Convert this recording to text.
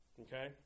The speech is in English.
Okay